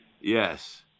Yes